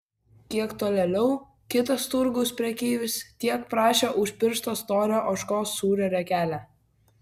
kiek tolėliau kitas turgaus prekeivis tiek prašė už piršto storio ožkos sūrio riekelę